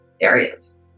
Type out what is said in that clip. areas